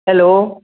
hello